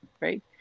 Right